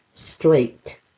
Straight